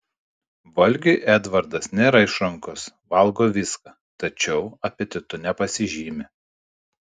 valgiui edvardas nėra išrankus valgo viską tačiau apetitu nepasižymi